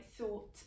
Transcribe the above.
thought